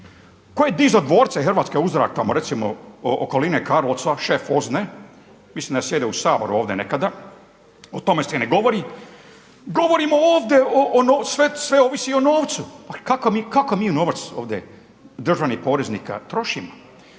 Tko je dizao dvorce hrvatske u zrak tamo recimo okoline Karlovca, šef Ozne? Mislim da je sjedio u Saboru nekada. O tome se ne govori. Govorimo ovdje o, sve ovisi o novcu. Pa kakav mi novac ovdje državnih poreznika trošimo?